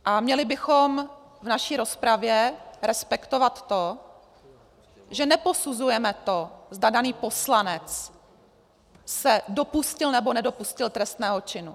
A měli bychom v naší rozpravě respektovat to, že neposuzujeme to, zda daný poslanec se dopustil, nebo nedopustil trestného činu.